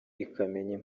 ikamenya